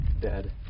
dead